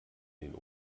den